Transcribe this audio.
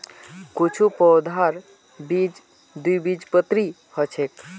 कुछू पौधार बीज द्विबीजपत्री ह छेक